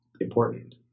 important